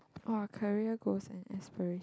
our career goals and aspiration